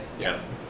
Yes